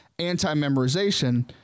anti-memorization